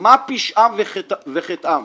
מה פשעם וחטאם?